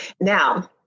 Now